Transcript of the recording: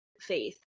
faith